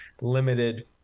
limited